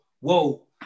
whoa